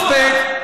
מספיק.